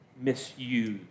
misused